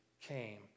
came